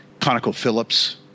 ConocoPhillips